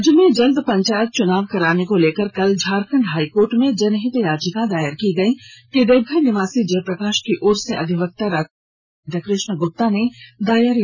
राज्य में जल्द पंचायत चुनाव कराने को लेकर कल झारखंड हाईकोर्ट में जनहित याचिका दायर की गई कि देवघर निवासी जयप्रकाश की ओर से अधिवक्ता राधाकृष्ण गुप्ता ने याचिका दायर की है